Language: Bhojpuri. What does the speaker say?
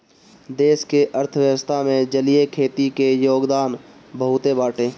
देश के अर्थव्यवस्था में जलीय खेती के योगदान बहुते बाटे